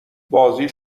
بازی